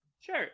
Sure